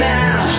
now